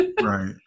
Right